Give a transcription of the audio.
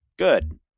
Good